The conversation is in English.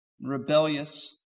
rebellious